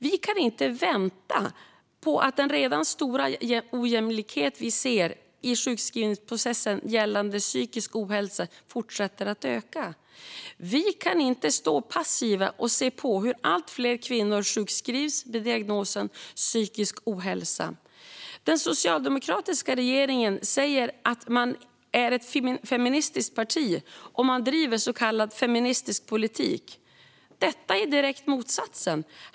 Vi kan inte vänta på att den redan stora ojämlikhet vi ser i sjukskrivningsprocessen gällande psykisk ohälsa fortsätter att öka. Vi kan inte stå passiva och se på hur allt fler kvinnor sjukskrivs med diagnosen psykisk ohälsa. Den socialdemokratiska regeringen säger att den är feministisk och driver så kallad feministisk politik. Detta är direkta motsatsen.